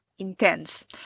Intense